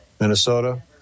Minnesota